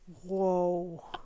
Whoa